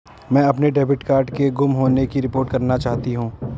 मैं अपने debit card के गुम होने की रिपोर्ट करना चाहती हूँ